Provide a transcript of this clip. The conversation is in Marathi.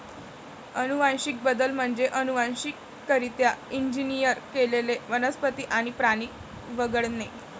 अनुवांशिक बदल म्हणजे अनुवांशिकरित्या इंजिनियर केलेले वनस्पती आणि प्राणी वगळणे